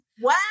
wow